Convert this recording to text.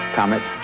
Comet